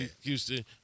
Houston